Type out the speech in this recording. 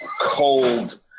cold